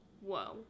whoa